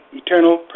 eternal